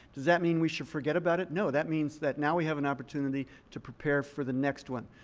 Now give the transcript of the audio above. does that mean we should forget about it? no. that means that now we have an opportunity to prepare for the next one.